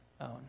own